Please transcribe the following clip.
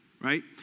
right